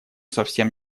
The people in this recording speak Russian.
совсем